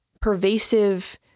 pervasive